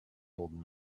old